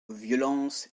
violence